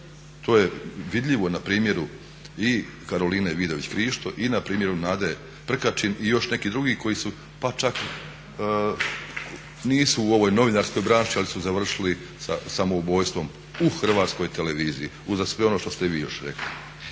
To je vidljivo na primjeru i Karoline Vidović Krišto i na primjeru Nade Prkačin i još nekih drugih koji su pa čak nisu u ovoj novinarskoj branši ali su završili samoubojstvom u HRT-u, uza sve ono što ste vi još rekli.